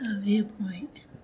viewpoint